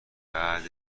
بعد